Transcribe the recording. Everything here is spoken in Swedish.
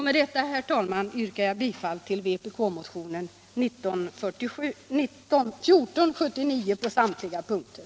Med detta, herr talman, yrkar jag bifall till vpk-motionen 1479 på samtliga punkter.